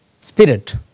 spirit